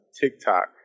TikTok